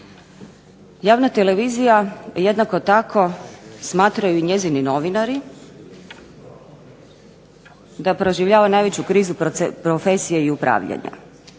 Javna televizija jednako tako smatraju i njezini novinari da proživljava najveću krizu profesije i upravljanja.